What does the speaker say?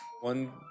One